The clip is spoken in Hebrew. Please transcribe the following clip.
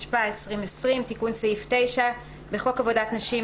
התש"ף 2020 תיקון סעיף 9. 1.-בחוק עבודת נשים,